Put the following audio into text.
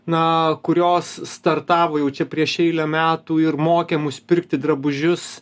na kurios startavo jau čia prieš eilę metų ir mokė mus pirkti drabužius